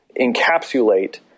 encapsulate